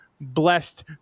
blessed